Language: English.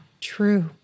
true